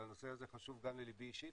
אבל הנושא הזה חשוב גם לליבי אישית,